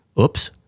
Oops